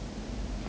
gosh